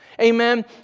amen